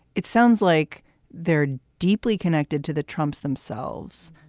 it sounds like they're deeply connected to the trump's themselves.